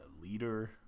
leader